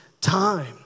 Time